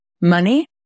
money